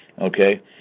okay